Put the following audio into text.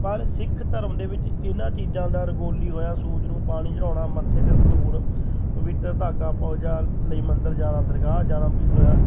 ਪਰ ਸਿੱਖ ਧਰਮ ਦੇ ਵਿੱਚ ਇਹਨਾਂ ਚੀਜ਼ਾਂ ਦਾ ਰੰਗੋਲੀ ਹੋਇਆ ਸੂਰਜ ਨੂੰ ਪਾਣੀ ਚੜ੍ਹਾਉਣਾ ਮੱਥੇ 'ਤੇ ਸੰਧੂਰ ਪਵਿੱਤਰ ਧਾਗਾ ਪੂਜਾ ਲਈ ਮੰਦਰ ਜਾਣਾ ਦਰਗਾਹ ਜਾਣਾ ਹੋਇਆ